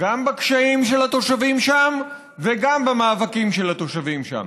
גם בקשיים של התושבים שם וגם במאבקים של התושבים שם.